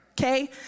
okay